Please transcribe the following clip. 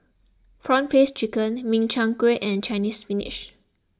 Prawn Paste Chicken Min Chiang Kueh and Chinese Spinach